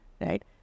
right